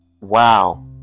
wow